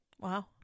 Wow